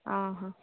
ହଁ ହଁ